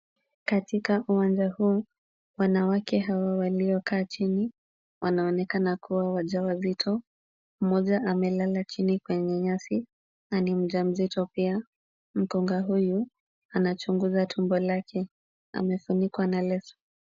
Katika uwanja huu wanawake hawa waliokaa chini wanaonekana kuwa wajawazito. Mmoja amelala chini kwenye nyasi na ni mjamzito pia. Mkunga huyu anachunguza tumbo lake. Amefunikwa na leso.